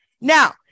Now